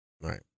Right